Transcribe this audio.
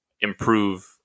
improve